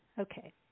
okay